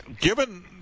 given